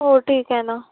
हो ठीक आहे ना